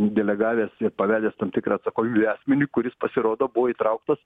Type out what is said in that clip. delegavęs ir pavedęs tam tikrą atsakomybę asmeniui kuris pasirodo buvo įtrauktas